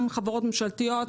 גם חברות ממשלתיות.